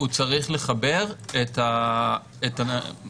נמצא אתנו בזום זמר בלונדהיים ממשרד המשפטים,